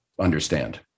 understand